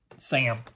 Sam